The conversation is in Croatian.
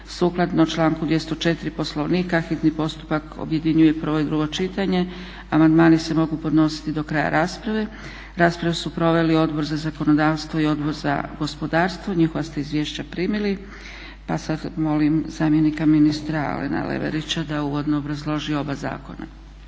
Sukladno članku 204. Poslovnika hitni postupak objedinjuje prvo i drugo čitanje. Amandmani se mogu podnositi do kraja rasprave. Raspravu su proveli Odbor za zakonodavstvo i Odbor za gospodarstvo. Njihova ste izvješća primili, pa sad molim zamjenika ministra Alena Leverića da uvodno obrazloži oba zakona.